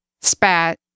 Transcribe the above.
spat